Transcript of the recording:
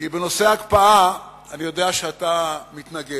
כי בנושא ההקפאה אני יודע שאתה מתנגד,